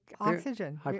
oxygen